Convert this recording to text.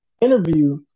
interview